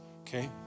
Okay